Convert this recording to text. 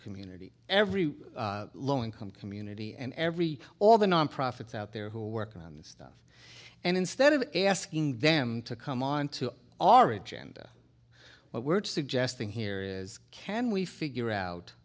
community every low income community and every all the nonprofits out there who are working on this stuff and instead of asking them to come onto our agenda what we're suggesting here is can we figure out